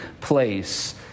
place